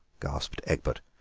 gasped egbert.